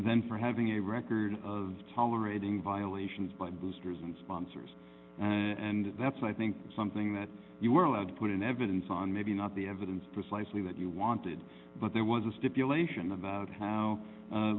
than for having a record of tolerating violations by boosters and sponsors and that's i think something that you were allowed to put in evidence on maybe not the evidence precisely that you wanted but there was a stipulation about